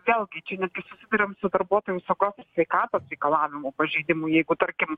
vėl gi čia netgi susiduriam su darbuotojų apsaugos ir sveikatos reikalavimų pažeidimu jeigu tarkim